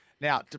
Now